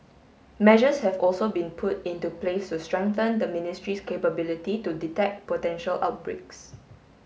measures have also been put into place to strengthen the ministry's capability to detect potential outbreaks